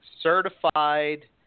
certified